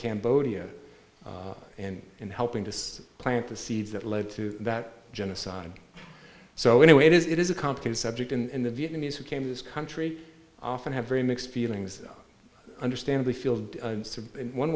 cambodia and in helping to plant the seeds that led to that genocide so in a way it is it is a complicated subject and the vietnamese who came to this country often have very mixed feelings understandably field one